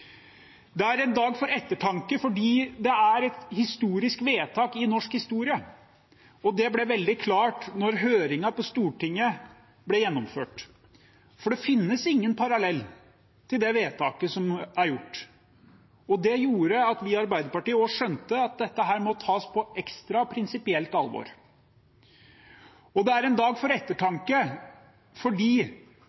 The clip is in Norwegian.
Det er en dag for ettertanke fordi det er et historisk vedtak. Det ble veldig klart da høringen på Stortinget ble gjennomført. For det finnes ingen parallell til det vedtaket som er gjort. Det gjorde at vi i Arbeiderpartiet også skjønte at dette må tas på ekstra, prinsipielt alvor. Det er en dag for